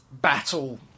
battle